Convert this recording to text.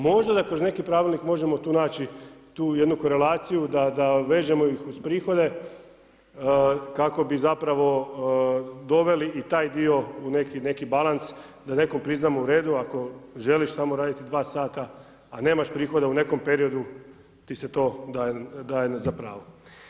Možda da kroz neki Pravilnik možemo tu naći, tu jednu korelaciju da vežemo ih uz prihode, kako bi zapravo doveli i taj dio u neki balans, da nekome priznamo u redu, ako želiš samo raditi 2 sata, a nemaš prihoda u nekom periodu, ti se to daje za pravo.